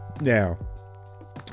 now